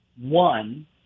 one